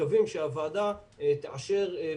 כדאי שגם בשאר הדברים נקפיד על העניין הזה.